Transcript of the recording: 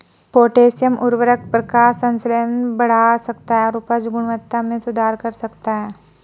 potassium उवर्रक प्रकाश संश्लेषण बढ़ा सकता है और उपज गुणवत्ता में सुधार कर सकता है